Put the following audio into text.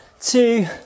two